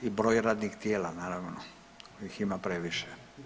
I broj radnih tijela naravno kojih ima previše.